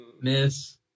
Miss